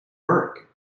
work